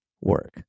work